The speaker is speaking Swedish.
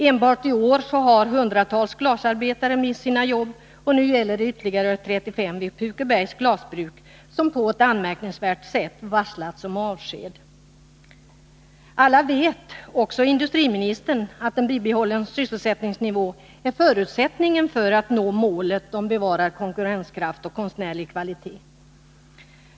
Enbart i år har hundratals glasarbetare mist sina jobb, och nu gäller det ytterligare 35 anställda vid Pukebergs Glasbruk, som på ett anmärkningsvärt sätt varslats om avsked. Alla vet också, industriministern, att en bibehållen sysselsättningsnivå är förutsättningen för att man skall nå målet om bevarad konkurrenskraft och konstnärlig kvalitet.